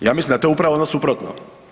Ja mislim da je to upravo ono suprotno.